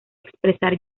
expresar